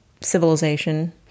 civilization